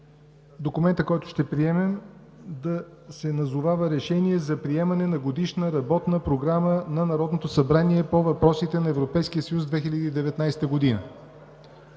документът, който ще приемем, да се назовава „Решение за приемане на Годишна работна програма на Народното събрание по въпросите на Европейския съюз за 2019 г.“